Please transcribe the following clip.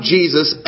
Jesus